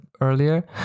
earlier